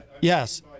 yes